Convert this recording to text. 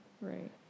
Right